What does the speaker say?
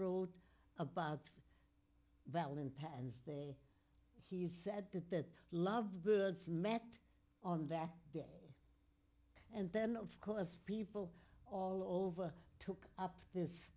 wrote about valentine's day he said that the love birds met on that day and then of course people all over took up this